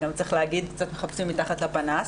צריך להגיד, קצת מחפשים מתחת לפנס.